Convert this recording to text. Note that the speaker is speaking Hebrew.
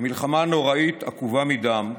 כמלחמה נוראית, עקובה מדם,